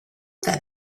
that